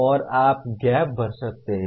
और आप गैप भर सकते हैं